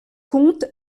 compte